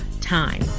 time